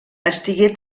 estigué